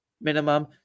minimum